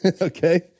okay